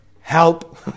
help